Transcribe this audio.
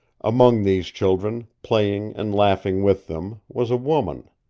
among these children, playing and laughing with them, was a woman.